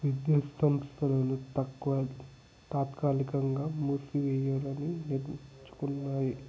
విద్యాసంస్థలను తక్కువ తాత్కాలికంగా మూసివేయడం నిర్ణయించుకున్నాయి